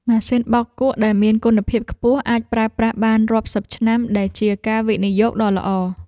ម៉ាស៊ីនបោកគក់ដែលមានគុណភាពខ្ពស់អាចប្រើប្រាស់បានរាប់សិបឆ្នាំដែលជាការវិនិយោគដ៏ល្អ។